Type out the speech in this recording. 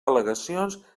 al·legacions